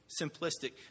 simplistic